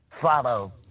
follow